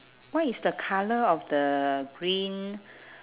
what is the colour of the green